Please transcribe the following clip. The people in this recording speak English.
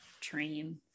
train